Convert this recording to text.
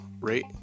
rate